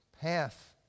path